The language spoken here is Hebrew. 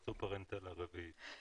מצאו פרנטלה רביעית.